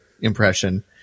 impression